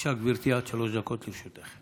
בבקשה, גברתי, עד שלוש דקות לרשותך.